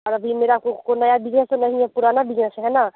और अभी मेरा कोई नया बिज़नेस तो नहीं है पुराना बिज़नेस है ना